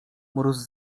mróz